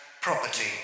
Property